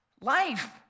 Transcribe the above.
life